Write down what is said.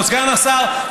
או סגן השר,